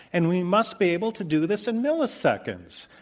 and we must be able to do this in milliseconds.